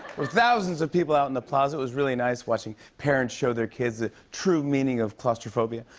were thousands of people out in the plaza. it was really nice watching parents show their kids the true meaning of claustrophobia.